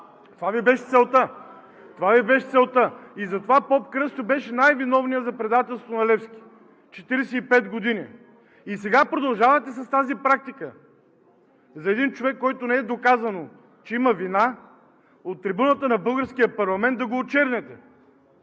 Това Ви беше целта! И затова поп Кръстю беше най-виновният за предателството на Левски – 45 години. И сега продължавате с тази практика – за един човек, за който не е доказано, че има вина, от трибуната на българския парламент да го очерняте.